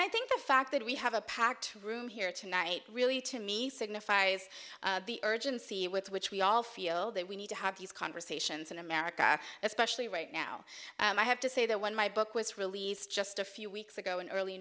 i think the fact that we have a packed room here tonight really to me signifies the urgency with which we all feel that we need to have these conversations in america especially right now i have to say that when my book was released just a few weeks ago in early